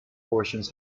portions